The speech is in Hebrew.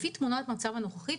לפי תמונת המצב הנוכחית,